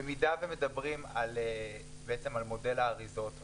במידה ומדברים על מודל האריזות,